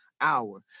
hour